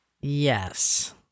Yes